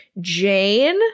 Jane